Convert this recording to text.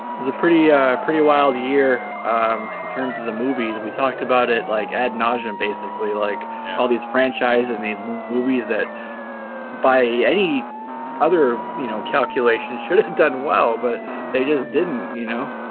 it was a pretty pretty wild year in terms of the movies we talked about it like ad nauseam basically like all these franchise and these movies that by any other you know calculations should have and done well but they just didn't you know